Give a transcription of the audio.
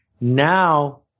now